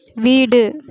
வீடு